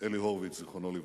אלי הורביץ, זיכרונו לברכה.